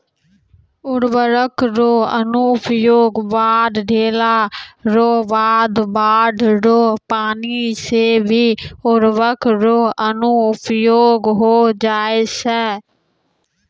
उर्वरक रो अनुप्रयोग खाद देला रो बाद बाढ़ रो पानी से भी उर्वरक रो अनुप्रयोग होय जाय छै